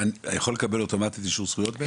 אני יכול לקבל אוטומטית אישור זכויות?